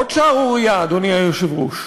עוד שערורייה, אדוני היושב-ראש: